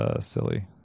silly